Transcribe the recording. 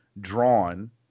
drawn